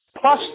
plus